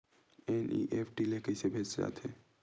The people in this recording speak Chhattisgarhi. एन.ई.एफ.टी ले कइसे भेजे जाथे?